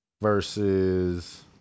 versus